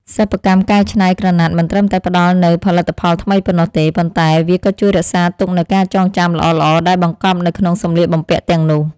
សិប្បកម្មកែច្នៃក្រណាត់មិនត្រឹមតែផ្ដល់នូវផលិតផលថ្មីប៉ុណ្ណោះទេ ប៉ុន្តែ វាក៏ជួយរក្សាទុកនូវការចងចាំល្អៗដែលបង្កប់នៅក្នុងសម្លៀកបំពាក់ទាំងនោះ។